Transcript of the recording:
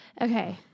Okay